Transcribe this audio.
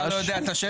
אתה לא יודע את השם,